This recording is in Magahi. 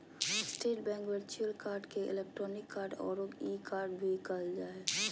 स्टेट बैंक वर्च्युअल कार्ड के इलेक्ट्रानिक कार्ड औरो ई कार्ड भी कहल जा हइ